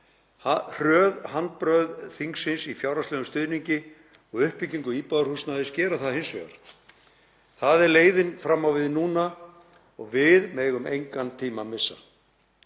Hröð handbrögð þingsins í fjárhagslegum stuðningi og uppbyggingu íbúðarhúsnæðis gera það hins vegar. Það er leiðin fram á við núna og við megum engan tíma missa.